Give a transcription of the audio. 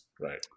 Right